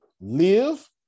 live